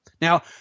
Now